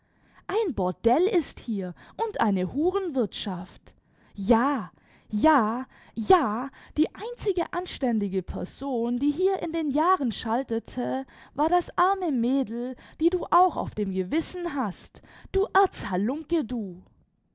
ein bordell ist hier und eine hurenwirtschaft ja ja ja die einzige anständige person die hier in den jahren schaltete war das arme mädel die du auch auf dem gewissen hast du erzhalunke du